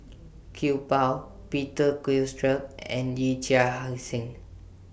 Iqbal Peter Gilchrist and Yee Chia Hsing